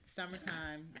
Summertime